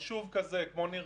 יישוב כזה כמו נירים,